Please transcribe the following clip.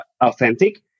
authentic